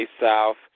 South